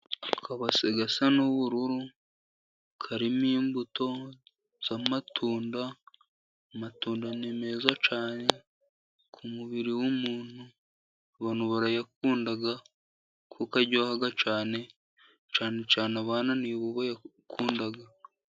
Akabase gasa n'ubururu karimo imbuto z'amatunda. Amatunda ni meza cyane ku mubiri w'umuntu, abantu barayakunda kuko aryoha cyane. Cyane cyane abana ni bo bayakunda.